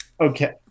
Okay